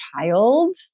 child